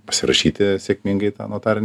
pasirašyti sėkmingai tą notarinį